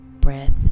breath